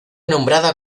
nombrada